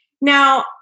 Now